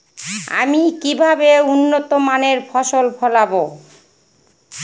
আমি কিভাবে উন্নত মানের ফসল ফলাবো?